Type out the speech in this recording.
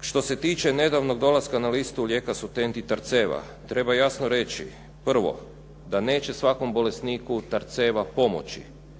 Što se tiče nedavnog dolaska na listu lijeka Sucent i Tarceva treba jasno reći prvo, da neće svakom bolesniku Tarceva pomoći